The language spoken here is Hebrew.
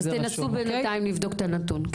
בבקשה, תנסו בינתיים לבדוק את הנתון הזה.